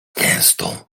gęstą